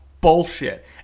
bullshit